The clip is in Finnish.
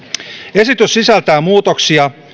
esitys sisältää muutoksia